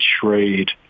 trade